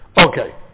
Okay